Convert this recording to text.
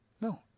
No